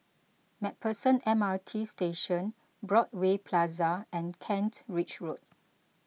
MacPherson M R T Station Broadway Plaza and Kent Ridge Road